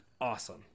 awesome